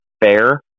fair